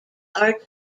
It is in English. are